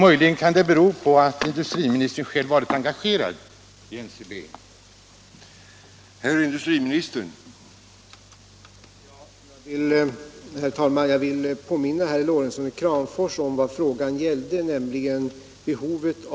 Möjligtvis kan det bero på att industriministern själv varit engagerad i NCB.